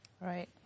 right